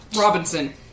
Robinson